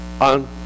on